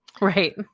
right